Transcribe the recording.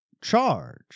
charge